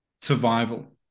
survival